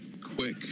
quick